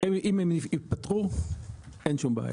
ואם הן ייפתחו, אין שום בעיה: